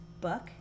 book